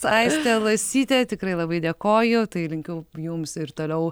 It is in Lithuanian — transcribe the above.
aistė lasytė tikrai labai dėkoju tai linkiu jums ir toliau